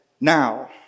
now